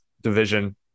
division